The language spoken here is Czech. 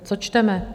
Co čteme?